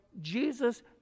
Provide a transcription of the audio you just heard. Jesus